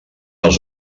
els